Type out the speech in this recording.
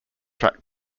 track